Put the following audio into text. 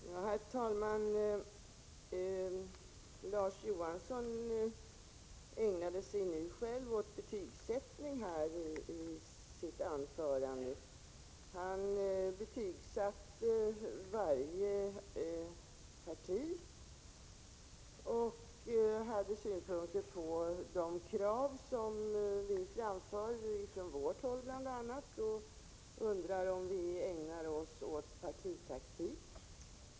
Herr talman! Larz Johansson ägnade sig själv åt betygsättning i sitt anförande. Han betygsatte varje parti, han hade synpunkter bl.a. på de krav som vi framför från vårt håll och undrade om vi ägnar oss åt partitaktik.